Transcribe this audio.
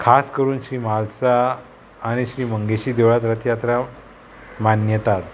खास करून श्री म्हालसा आनी श्री मंगेशी देवळांत रथयात्रा मान्यतात